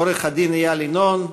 עורך-הדין איל ינון,